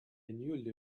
newly